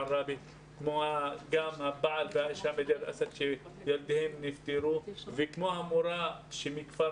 כמו הבעל בדיר אל אסד שילדיהם נפטרו וכמו המורה מכפר